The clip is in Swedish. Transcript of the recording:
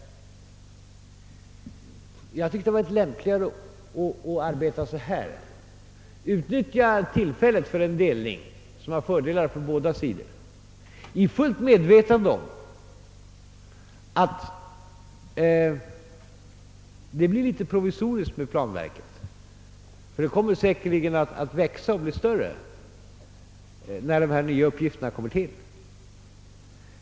Jag tyckte att det var lämpligare att utnyttja tillfället för en delning som medför fördelar på båda sidor — i fullt medvetande om att det blir litet provisoriskt med planverket, men det kommer säkerligen att växa och bli större när de nya uppgifterna kommer till.